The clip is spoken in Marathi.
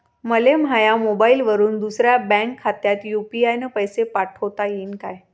मले माह्या मोबाईलवरून दुसऱ्या बँक खात्यात यू.पी.आय न पैसे पाठोता येईन काय?